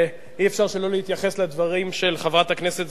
אי-אפשר שלא להתייחס לדברים של חברת הכנסת זועבי,